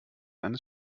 eines